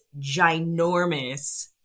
ginormous